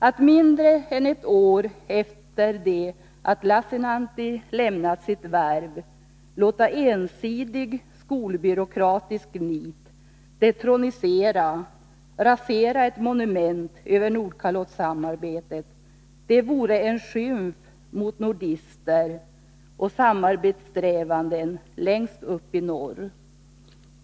Att mindre än ett år efter det att Lassinantti lämnat sitt värv låta ensidigt skolbyråkratiskt nit rasera ett monument över Nordkalottsamarbetet vore en skymf mot nordister och samarbetssträvanden längst uppe i norr.